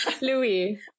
Louis